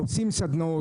עושים סדנאות,